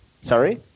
Sorry